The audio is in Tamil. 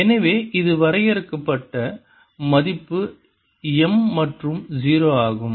எனவே இது வரையறுக்கப்பட்ட மதிப்பு M மற்றும் 0 ஆகும்